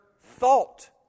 thought